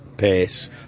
pace